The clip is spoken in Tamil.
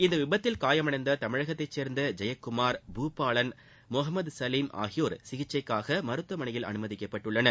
இந்த விபத்தில் காயமடைந்த தமிழகத்தை சேர்ந்த ஜெய்குமார் பூபாலன் மொஹமத் சலீம் ஆகியோர் சிகிச்சைக்காக மருத்துவமனையில் அனுமதிக்கப்பட்டுள்ளனர்